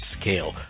scale